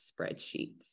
spreadsheets